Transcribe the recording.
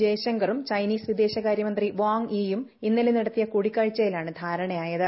ജയശങ്കറും Chinese വിദേശകാര്യമന്ത്രി Wang Yi യും ഇന്നലെ നടത്തിയ കൂടിക്കാഴ്ച യിലാണ് ധാരണയായത്